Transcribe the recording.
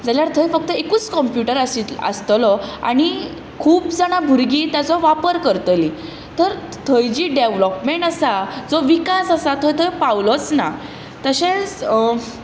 जाल्यार थंय फक्त एकूच कंप्यूटर आसतलो आनी खूब जाणां भुरगीं ताचो वापर करतलीं तर थंय जी डेवॅलोपमँट आसा विकास आसा तो थंय पावलोच ना तशेंच